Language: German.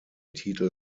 titel